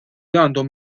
għandhom